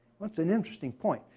that's an interesting point.